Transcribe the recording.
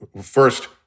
First